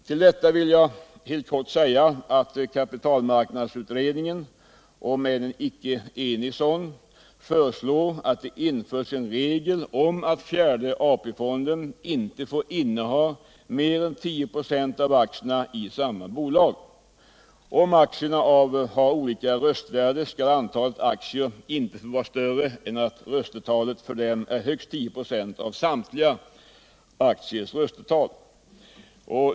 Till detta vill jag helt kort säga att kapitalmarknadsutredningen — om än en icke enig sådan — föreslår att det införs en regel om att fjärde AP-fonden inte får inneha mer än 10 24 av aktierna i samma bolag. Om aktierna har olika röstvärde, skall antalet aktier inte få vara större än att röstetalet för dem är högst 10 26 av samtliga aktiers röstetal.